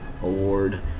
Award